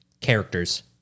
characters